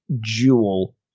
jewel